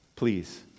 Please